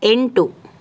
ಎಂಟು